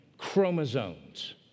Chromosomes